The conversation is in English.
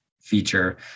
feature